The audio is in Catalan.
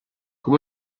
com